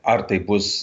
ar tai bus